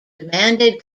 demanded